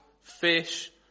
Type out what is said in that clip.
fish